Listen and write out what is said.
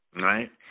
right